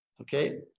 Okay